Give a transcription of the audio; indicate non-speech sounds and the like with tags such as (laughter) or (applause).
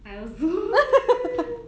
I also (noise)